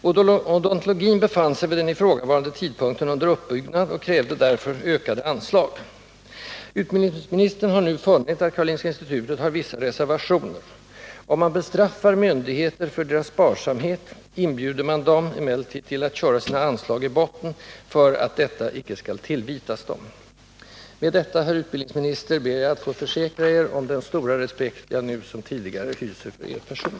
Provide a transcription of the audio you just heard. Odontologin befann sig vid den ifrågavarande tidpunkten under uppbyggnad och krävde därför större anslag. Utbildningsministern har nu funnit att Karolinska institutet har vissa reservationer. Om man bestraffar myndigheter för deras sparsamhet, inbjuder man dem emellertid att köra sina anslag i botten för att detta icke skall tillvitas dem. Med detta, herr utbildningsminister, ber jag att få försäkra er om den stora respekt jag, nu som tidigare, hyser för er person.